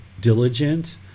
diligent